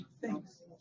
Thanks